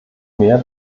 mehr